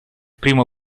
primo